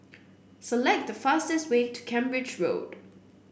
select the fastest way to Cambridge Road